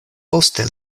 poste